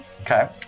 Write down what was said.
Okay